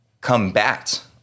combat